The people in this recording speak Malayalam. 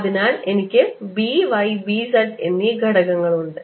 അതിനാൽ എനിക്ക് B y B z എന്നീ ഘടകങ്ങൾ ഉണ്ട്